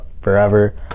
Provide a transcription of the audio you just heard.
forever